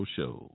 show